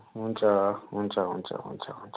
हुन्छ हुन्छ हुन्छ हुन्छ